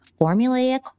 formulaic